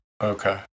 Okay